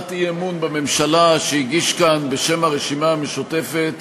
בהצעת אי-אמון בממשלה שהגיש כאן בשם הרשימה המשותפת